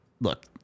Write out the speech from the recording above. look